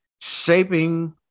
shaping